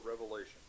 Revelation